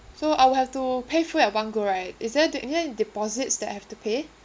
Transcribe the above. so I will have to pay full at one go right is there d~ any deposits that I have to pay